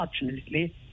unfortunately